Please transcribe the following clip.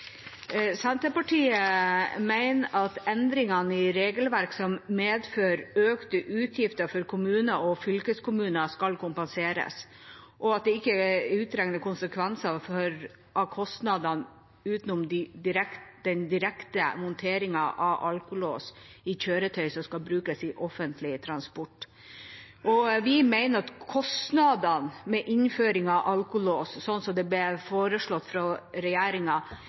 regelverk som medfører økte utgifter for kommuner og fylkeskommuner, skal kompenseres, og at konsekvensene i form av kostnader ikke er utregnet, utenom den direkte monteringen av alkolås i kjøretøy som skal brukes i offentlig transport. Vi mener at kostnadene ved innføring av alkolås, slik det blir foreslått